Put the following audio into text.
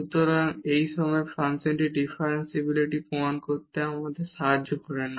সুতরাং এই সময়ে এই ফাংশনের ডিফারেনশিবিলিটি প্রমাণ করতে আমাদের সাহায্য করে না